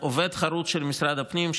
עובד חרוץ של משרד הפנים,